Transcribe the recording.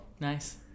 nice